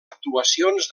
actuacions